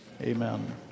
Amen